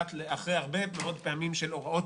נורבגי כי במודל הקיים בנורבגיה או במדינות אחרות,